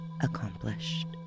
accomplished